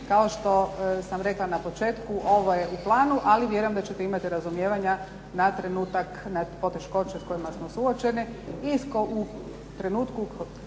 kao što sam rekla na početku ovo je u planu ali vjerujem da ćete imati razumijevanja na trenutak zbog poteškoća s kojima smo suočeni